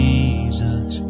Jesus